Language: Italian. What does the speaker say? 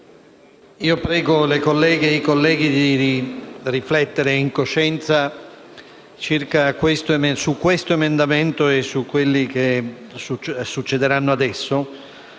prego le colleghe e i colleghi di riflettere in coscienza su questo emendamento e su quelli che seguiranno